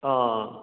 ꯑꯥ